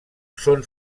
són